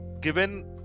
given